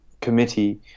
Committee